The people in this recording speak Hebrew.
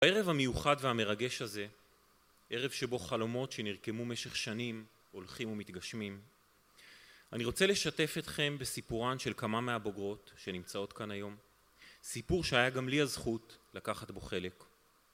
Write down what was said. בערב המיוחד והמרגש הזה ערב שבו חלומות שנרקמו משך שנים הולכים ומתגשמים אני רוצה לשתף אתכם בסיפורן של כמה מהבוגרות שנמצאות כאן היום סיפור שהיה גם לי הזכות לקחת בו חלק